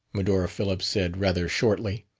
medora phillips said, rather shortly.